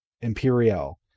imperial